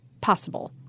possible